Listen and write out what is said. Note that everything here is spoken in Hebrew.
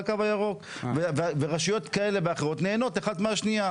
הקו הירוק ורשויות כאלה ואחרות נהנות אחת מהשנייה,